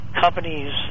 companies